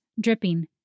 dripping